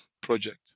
project